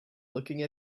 looking